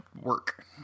work